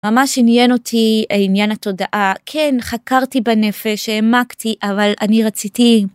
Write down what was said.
ממש עניין אותי העניין התודעה כן חקרתי בנפש העמקתי אבל אני רציתי